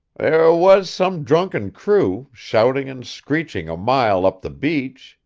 there was some drunken crew, shouting and screeching a mile up the beach,